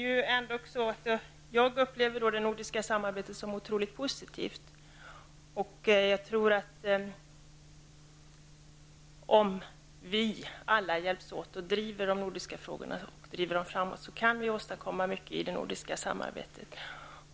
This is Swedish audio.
Jag upplever ändå det nordiska samarbetet som otroligt positivt. Jag tror att om vi alla hjälps åt och driver de nordiska frågorna framåt kan vi åstadkomma mycket i det nordiska samarbetet.